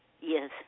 Yes